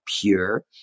Pure